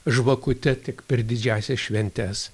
žvakute tik per didžiąsias šventes